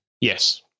Yes